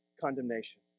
condemnation